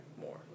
more